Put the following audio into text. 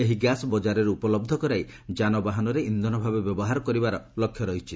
ଏହି ଗ୍ୟାସ୍ ବଜାରରେ ଉପଲହ୍ଧ କରାଇ ଯାନବାହନରେ ଇନ୍ଧନ ଭାବେ ବ୍ୟବହାର କରିବାର ଲକ୍ଷ୍ୟ ରହିଛି